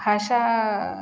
भाषा